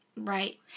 Right